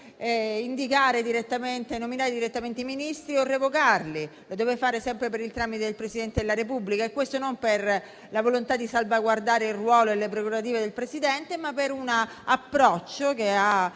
non può neanche nominare direttamente i Ministri o revocarli. Lo deve fare sempre per il tramite del Presidente della Repubblica e questo non per la volontà di salvaguardare il ruolo e le prerogative del Presidente, ma per l'approccio che il